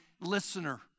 listener